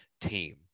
team